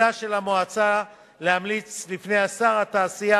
לתפקידה של המועצה להמליץ לפני שר התעשייה,